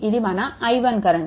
ఇది మన i1 current